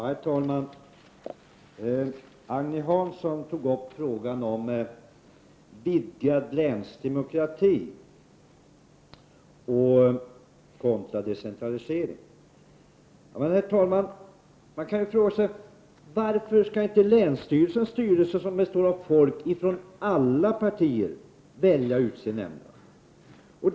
Herr talman! Agne Hansson tog upp frågan om vidgad länsdemokrati kontra decentralisering. Man kan då fråga sig, herr talman, varför inte länsstyrelsens styrelse, som består av ledamöter från alla partier, skulle kunna utse nämnderna.